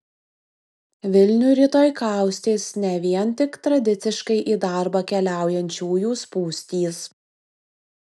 vilnių rytoj kaustys ne vien tik tradiciškai į darbą keliaujančiųjų spūstys